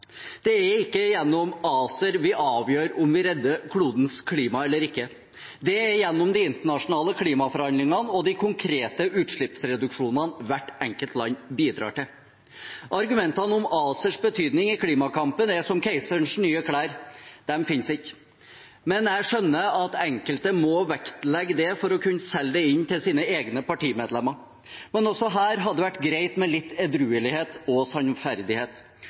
Det er ikke gjennom ACER vi avgjør om vi redder klodens klima eller ikke. Det er gjennom de internasjonale klimaforhandlingene og de konkrete utslippsreduksjonene hvert enkelt land bidrar til. Argumentene om ACERs betydning i klimakampen er som keiserens nye klær: De finnes ikke. Men jeg skjønner at enkelte må vektlegge det for å kunne selge det inn til sine egne partimedlemmer. Men også her hadde det vært greit med litt edruelighet og sannferdighet.